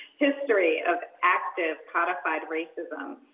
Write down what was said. history of active codified racism,